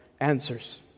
answers